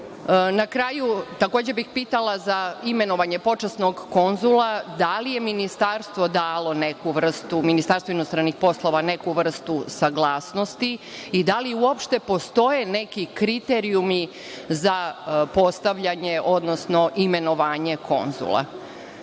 kraju, takođe bih pitala za imenovanje počasnog konzula, da li je Ministarstvo inostranih poslova dalo neku vrstu saglasnosti i da li uopšte postoje neki kriterijumi za postavljanje, odnosno imenovanje konzula? Na